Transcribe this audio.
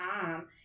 time